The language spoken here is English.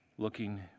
looking